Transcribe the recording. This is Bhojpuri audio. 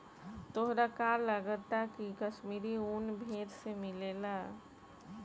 तोहरा का लागऽता की काश्मीरी उन भेड़ से मिलेला